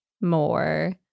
more